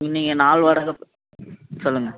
நீங்கள் நாள் வாடகை சொல்லுங்கள்